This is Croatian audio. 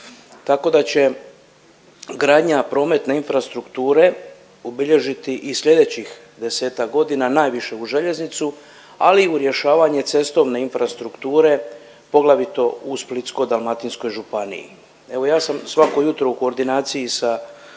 tako da će gradnja prometne infrastrukture obilježiti i sljedećih desetak godina najviše u željeznicu, ali u rješavanje cestovne infrastrukture, poglavito u Splitsko-dalmatinskoj županiji. Evo ja sam svako jutro u koordinaciji sa